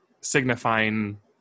signifying